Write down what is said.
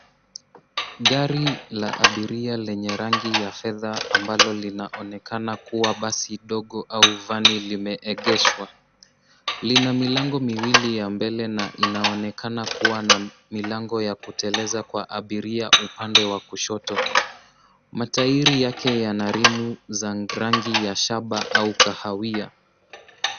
Gari la abiria lenye rangi ya fedha ambalo linaonekana kuwa basi dogo au van limeegeshwa. Lina milango miwili ya mbele na inaonekana kuwa na milango ya kuteleza kwa abiria upande wa kushoto. Matairi yake yana rimu za rangi ya shaba au kahawia.